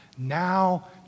Now